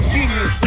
Genius